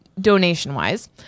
donation-wise